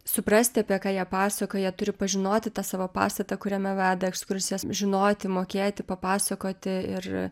suprasti apie ką jie pasakoja turi pažinoti tą savo pastatą kuriame veda ekskursijas žinoti mokėti papasakoti ir